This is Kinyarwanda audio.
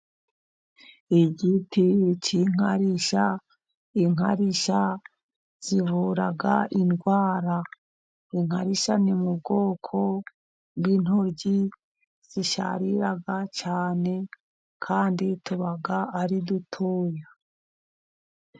Igiti cy'inkarisha . Inkarishya zivura indwara . Inkarishya ni mu bwoko bw'intoryi zisharira cyane ,kandi tuba ari dutoya.